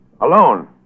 Alone